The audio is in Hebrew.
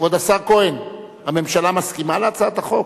כבוד השר כהן, הממשלה מסכימה להצעת החוק?